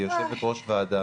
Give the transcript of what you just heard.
כיושבת ראש ועדה,